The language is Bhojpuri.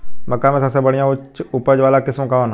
मक्का में सबसे बढ़िया उच्च उपज वाला किस्म कौन ह?